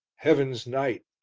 heaven's knight,